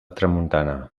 tramuntana